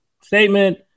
statement